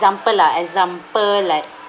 example lah example like